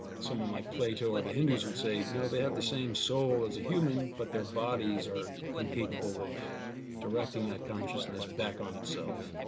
someone like plato or the hindus would say no, they have the same soul as a human but their bodies are incapable of directing that consciousness back on itself,